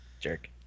Jerk